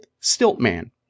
Stiltman